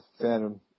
Phantom